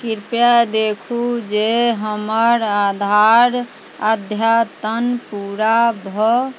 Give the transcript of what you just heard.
कृपया देखू जे हमर आधार अद्यतन पूरा भऽ